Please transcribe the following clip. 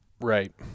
Right